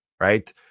right